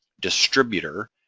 distributor